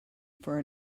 for